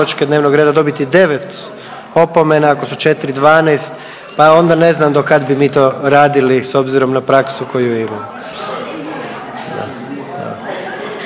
dnevnog reda dobiti 9 opomena, ako su 4 12, pa onda ne znam do kad bi mi to radili s obzirom na praksu koju imamo.